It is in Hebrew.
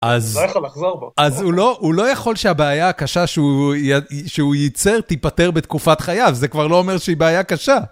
אז הוא לא יכול שהבעיה הקשה שהוא ייצר תיפטר בתקופת חייו, זה כבר לא אומר שהיא בעיה קשה.